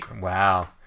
Wow